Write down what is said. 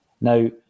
Now